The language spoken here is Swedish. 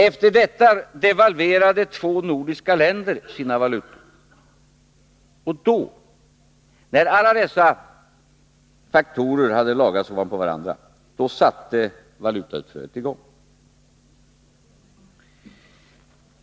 Efter detta devalverade två nordiska länder sina valutor. Då, när alla dessa faktorer hade lagrat sig ovanpå varandra, satte valutautflödet i gång.